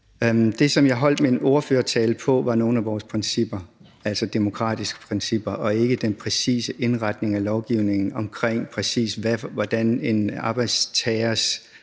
Det, som jeg holdt min ordførertale om, var nogle af vores demokratiske principper og ikke den præcise indretning af lovgivningen, med hensyn til præcis hvordan en arbejdstageres